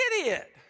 idiot